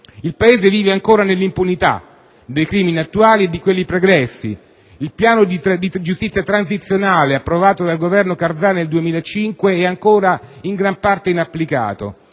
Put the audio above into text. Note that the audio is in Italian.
Il Paese vive ancora nell'impunità dei crimini attuali e di quelli pregressi. Il piano di giustizia transizionale approvato dal Governo Karzai nel 2005 è ancora in gran parte inapplicato,